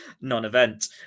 non-event